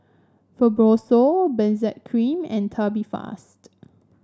Fibrosol Benzac Cream and Tubifast